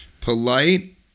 polite